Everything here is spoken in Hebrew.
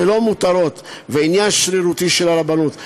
זה לא מותרות ועניין שרירותי של הרבנות,